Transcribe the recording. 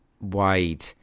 wide